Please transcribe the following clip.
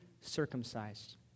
circumcised